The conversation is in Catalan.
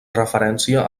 referència